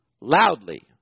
loudly